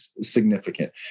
significant